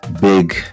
big